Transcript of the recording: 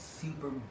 super